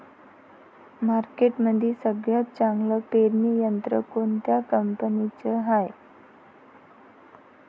मार्केटमंदी सगळ्यात चांगलं पेरणी यंत्र कोनत्या कंपनीचं हाये?